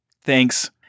Thanks